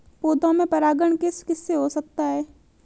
पौधों में परागण किस किससे हो सकता है?